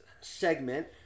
segment